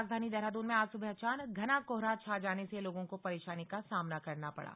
राजधानी देहरादून में आज सुबह अचानक घना कोहरा छा जाने से लोगों को परेशानी का सामना करना पड़ा